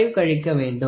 5 கழிக்க வேண்டும்